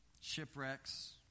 shipwrecks